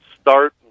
start